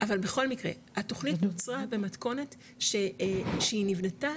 אבל בכל מקרה התוכנית נוצרה במתכונת שהיא נבנתה